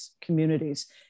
communities